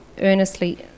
earnestly